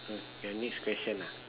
mm your next question ah